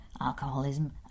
alcoholism